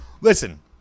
Listen